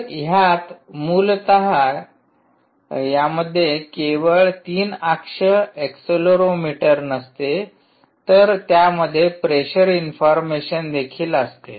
तर ह्यात मूलत यामध्ये केवळ 3 अक्ष अक्सेलेरोमीटर नसते तर त्यामध्ये प्रेशर इन्फॉर्मशन देखील असते